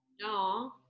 no